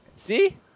See